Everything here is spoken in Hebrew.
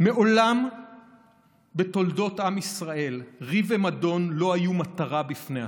מעולם בתולדות עם ישראל ריב ומדון לא היו מטרה בפני עצמה,